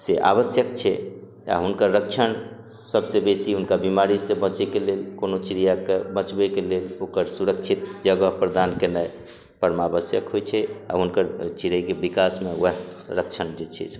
से आवश्यक छै आ हुनकर संरक्षण सबसे बेसी हुनका बीमारी से बचैके लेल कोनो चिड़िआके बचबैके लेल ओकर सुरक्षित जगह प्रदान केनाइ परमावश्यक होइ छै आ हुनकर चिड़ैके विकासमे वएह रक्षण जे छै से